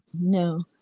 No